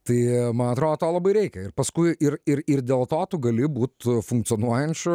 tai man atrodo to labai reikia ir paskui ir ir ir dėl to tu gali būt funkcionuojančiu